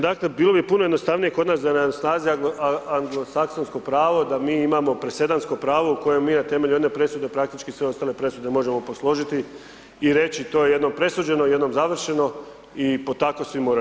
Dakle, bilo bi puno jednostavnije kod nas da je na snazi Anglosaksonsko pravo da mi imamo presedansko pravo u kojem mi na temelju jedne presude praktički sve ostale presude možemo posložiti i reći to je jednom presuđeno, jednom završeno i po tako svi moraju.